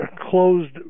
closed